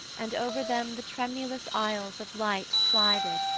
and over them the tremulous isles of light slided,